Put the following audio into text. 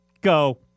go